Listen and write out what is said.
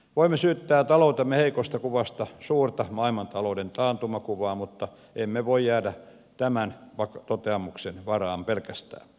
voimme syyttää taloutemme heikosta kuvasta suurta maailmantalouden taantumakuvaa mutta emme voi jäädä tämän toteamuksen varaan pelkästään